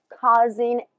causing